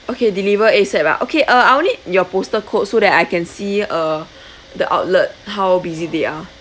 okay deliver asap ah okay uh I will need your postal code so that I can see uh the outlet how busy they are